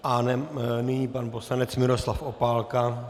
A nyní pan poslanec Miroslav Opálka.